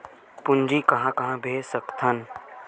पूंजी कहां कहा भेज सकथन?